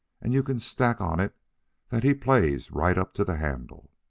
and you can stack on it that he plays right up to the handle.